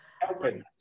helping